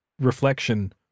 reflection